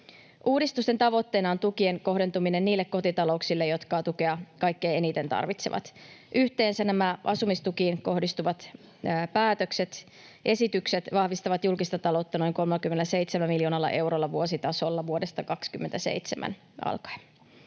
Uudistusten tavoitteena on tukien kohdentuminen niille kotitalouksille, jotka tukea kaikkein eniten tarvitsevat. Yhteensä nämä asumistukiin kohdistuvat esitykset vahvistavat julkista taloutta noin 37 miljoonalla eurolla vuositasolla vuodesta 27 alkaen.